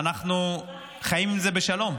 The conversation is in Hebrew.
ואנחנו חיים עם זה בשלום.